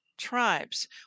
tribes